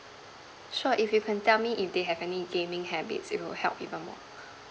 sure if you can tell me if they have any gaming habit it will help even more